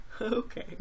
Okay